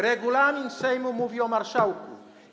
Regulamin Sejmu mówi o marszałku.